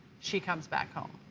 she comes back um